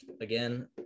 Again